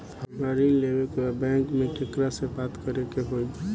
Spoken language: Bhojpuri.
हमरा ऋण लेवे के बा बैंक में केकरा से बात करे के होई?